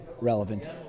relevant